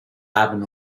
happen